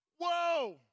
whoa